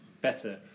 better